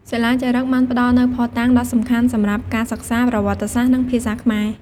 សិលាចារឹកបានផ្ដល់នូវភស្តុតាងដ៏សំខាន់សម្រាប់ការសិក្សាប្រវត្តិសាស្ត្រ និងភាសាខ្មែរ។